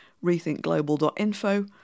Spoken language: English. rethinkglobal.info